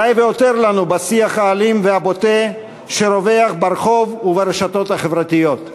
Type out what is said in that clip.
די והותר לנו בשיח האלים והבוטה שרווח ברחוב וברשתות החברתיות.